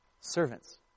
servants